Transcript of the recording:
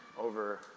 over